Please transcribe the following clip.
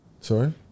Sorry